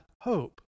hope